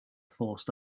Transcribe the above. forced